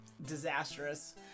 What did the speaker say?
disastrous